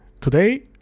Today